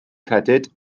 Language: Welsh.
credyd